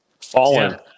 Fallen